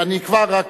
אני כבר,